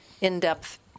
in-depth